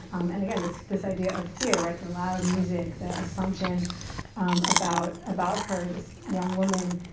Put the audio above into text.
and again this this idea of fear, right, the loud music, the assumptions about about her, this young woman,